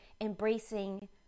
embracing